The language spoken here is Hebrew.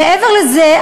מעבר לזה,